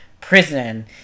prison